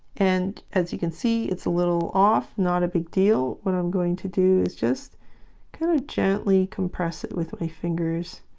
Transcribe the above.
and as you can see it's a little off not a big deal what i'm going to do is just kind of gently compress it with my fingers